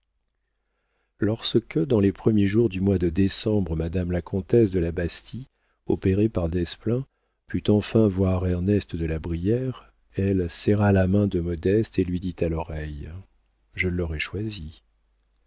lorsque dans les premiers jours du mois de décembre madame la comtesse de la bastie opérée par desplein put enfin voir ernest de la brière elle serra la main de modeste et lui dit à l'oreille je l'aurais choisi